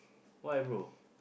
why bro